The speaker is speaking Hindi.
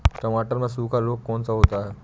टमाटर में सूखा रोग कौन सा होता है?